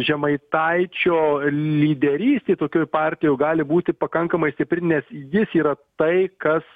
žemaitaičio lyderystė tokioj partijoj gali būti pakankamai stipri nes jis yra tai kas